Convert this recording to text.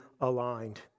aligned